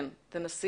בסדר, אז אנחנו